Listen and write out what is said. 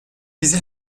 bizi